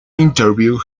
interview